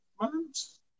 months